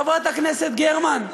חברת הכנסת גרמן,